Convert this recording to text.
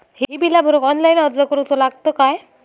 ही बीला भरूक ऑनलाइन अर्ज करूचो लागत काय?